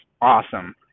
awesome